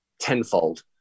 tenfold